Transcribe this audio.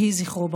יהי זכרו ברוך.